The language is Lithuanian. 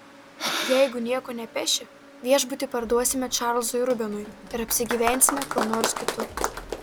jeigu nieko nepeši viešbutį parduosime čarlzui rubenui ir apsigyvensime kur nors kitur